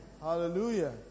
Hallelujah